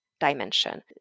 dimension